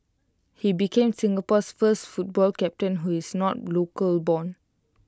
he became Singapore's first football captain who is not local born